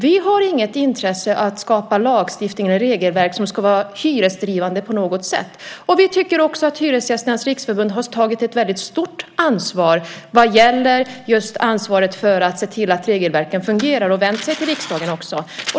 Vi har inget intresse av att skapa lagstiftning eller regelverk som ska vara hyresdrivande på något sätt. Vi tycker också att Hyresgästernas riksförbund har tagit ett väldigt stort ansvar vad gäller just ansvaret för att se till att regelverken fungerar. Man har också vänt sig till riksdagen.